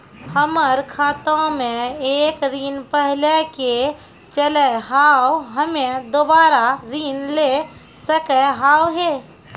हमर खाता मे एक ऋण पहले के चले हाव हम्मे दोबारा ऋण ले सके हाव हे?